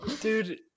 Dude